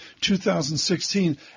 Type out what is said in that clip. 2016